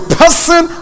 person